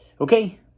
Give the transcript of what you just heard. Okay